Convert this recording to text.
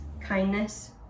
kindness